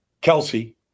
Kelsey